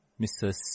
Mrs